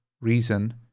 reason